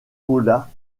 paula